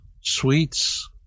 sweets